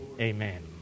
amen